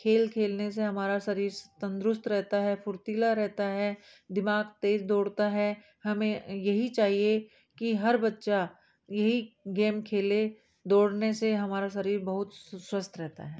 खेल खेलने से हमारा शरीर तंदुरुस्त रहता है फुर्तीला रहता है दिमाग तेज दौड़ता है हमें यहीं चाहिए कि हर बच्चा यहीं गेम खेले दौड़ने से हमारा शरीर बहुत स्वास्थ्य रहता है